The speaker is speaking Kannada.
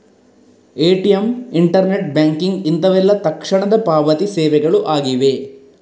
ಎ.ಟಿ.ಎಂ, ಇಂಟರ್ನೆಟ್ ಬ್ಯಾಂಕಿಂಗ್ ಇಂತವೆಲ್ಲ ತಕ್ಷಣದ ಪಾವತಿ ಸೇವೆಗಳು ಆಗಿವೆ